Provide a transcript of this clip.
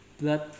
blood